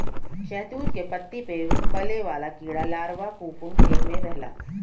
शहतूत के पत्ती पे पले वाला कीड़ा लार्वा कोकून में रहला